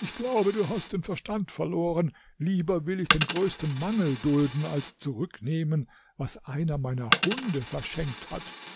ich glaube du hast den verstand verloren lieber will ich den größten mangel dulden als zurücknehmen was einer meiner hunde verschenkt hat